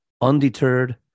Undeterred